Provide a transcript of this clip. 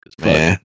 Man